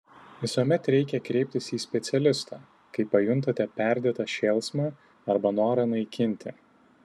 visuomet reikia kreiptis į specialistą kai pajuntate perdėtą šėlsmą arba norą naikinti